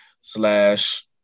slash